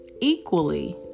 equally